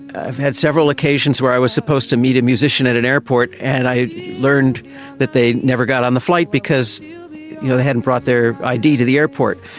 i've had several occasions where i was supposed to meet a musician at an airport and i learned that they never got on a flight because you know they hadn't brought their id to the airport.